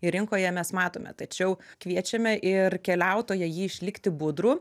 ir rinkoje mes matome tačiau kviečiame ir keliautoją jį išlikti budrų